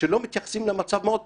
שלא מתייחסות למצב מאוד פשוט: